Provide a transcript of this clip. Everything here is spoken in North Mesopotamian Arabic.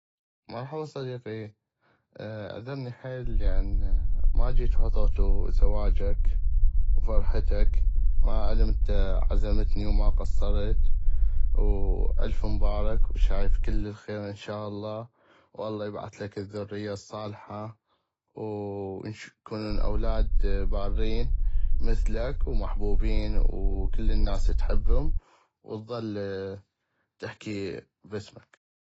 مرحبا صديقي عذرني حيل لان ما جيتو حظغتو زواجك وفرحتك مع العلم انت عزمتني وما قصرت والف مبارك وشايف كل الخيغ ان شاء الله والله يبعثلك الذرية الصالحة واكونون اولاد بارين مثلك وحبوبين وكل الناس تحبم واظل تحكي باسمك.